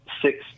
Six